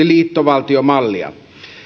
liittovaltiomallia